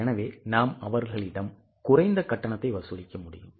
எனவே நாம் அவர்களிடம் குறைந்த கட்டணத்தை வசூலிக்க முடியும்